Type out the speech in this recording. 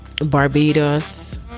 barbados